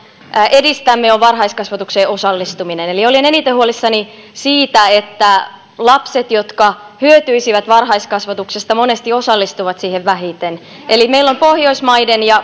edistämme on varhaiskasvatukseen osallistuminen eli olen eniten huolissani siitä että ne lapset jotka hyötyisivät varhaiskasvatuksesta monesti osallistuvat siihen vähiten eli meillä on pohjoismaiden ja